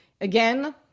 Again